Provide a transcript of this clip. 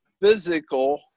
physical